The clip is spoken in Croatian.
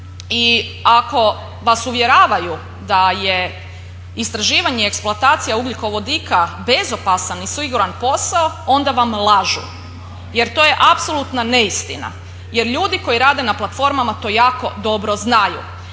i ako vas uvjeravaju da je istraživanje i eksploatacija ugljikovodika bezopasan i siguran posao onda vam lažu jer to je apsolutna neistina, jer ljudi koji rade na platformama to jako dobro znaju.